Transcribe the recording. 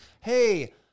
Hey